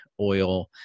oil